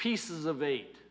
pieces of eight